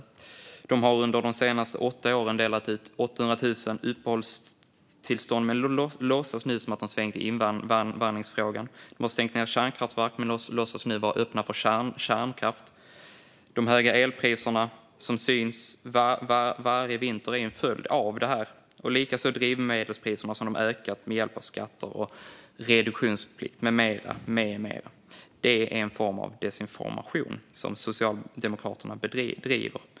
Socialdemokraterna har under de senaste åtta åren delat ut 800 000 uppehållstillstånd men låtsas nu att de svängt i invandringsfrågan. De har stängt ned kärnkraftverk men låtsas nu vara öppna för kärnkraft. De höga elpriser som vi ser varje vinter är en följd av det här. Likaså har de höjt drivmedelspriserna med hjälp av skatter, reduktionsplikt med mera. Det är en form av desinformation som Socialdemokraterna bedriver.